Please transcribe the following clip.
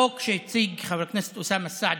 החוק שהציג חבר הכנסת אוסאמה סעדי,